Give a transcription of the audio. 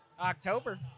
October